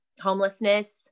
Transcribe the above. homelessness